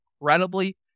incredibly